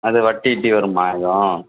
அது வட்டி கிட்டி வருமா எதுவும்